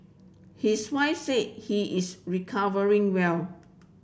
his wife said he is recovering well